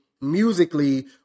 musically